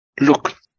Look